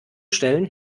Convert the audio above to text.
stellen